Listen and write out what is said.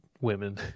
women